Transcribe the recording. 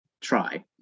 Try